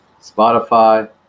Spotify